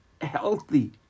healthy